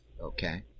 Okay